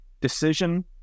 decision